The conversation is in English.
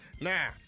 now